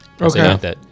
Okay